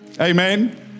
Amen